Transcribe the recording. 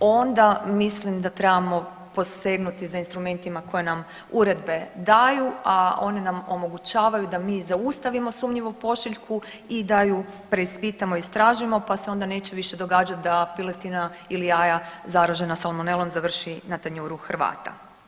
onda mislim da trebamo posegnuti za instrumentima koje nam uredbe daju, a one nam omogućavaju da mi zaustavimo sumnjivu pošiljku i da ju preispitamo, istražimo pa se onda više neće događati da piletina ili jaja zaražena salmonelom završi na tanjuru Hrvata.